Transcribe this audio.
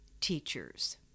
teachers